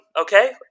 okay